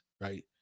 Right